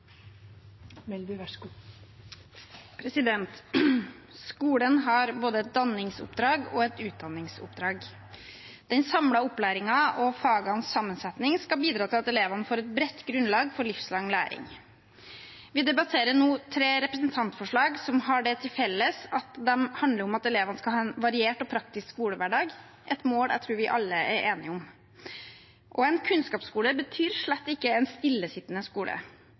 at elevene får et bredt grunnlag for livslang læring. Vi debatterer nå tre representantforslag som har det til felles at de handler om at elevene skal ha en variert og praktisk skolehverdag – et mål jeg tror vi alle er enige om. En kunnskapsskole betyr slett ikke en stillesittende skole.